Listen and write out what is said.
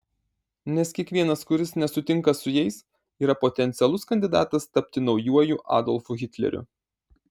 nes kiekvienas kuris nesutinka su jais yra potencialus kandidatas tapti naujuoju adolfu hitleriu